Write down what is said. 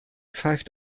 pfeift